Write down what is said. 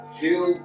heal